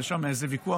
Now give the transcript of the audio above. יש שם איזה ויכוח.